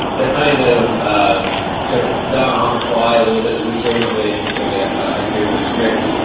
they're kind of sort of done on the fly, a little bit looser. we don't really necessarily ah adhere to a strict